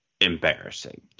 embarrassing